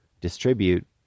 distribute